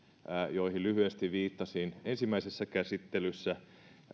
joihin lyhyesti viittasin ensimmäisessä käsittelyssä